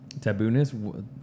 tabooness